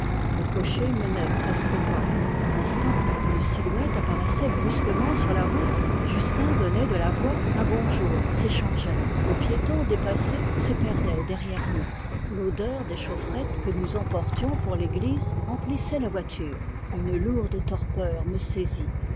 le cocher menait presque au pas par instant une silhouette apparaissait brusquement sur la route justin donnait de la voix un bonjour s'échangeait le piéton dépassé se perdait derrière nous l'odeur des chaufferettes que nous emportions pour l'église emplissait la voiture une lourde torpeur me saisit